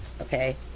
okay